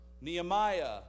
Nehemiah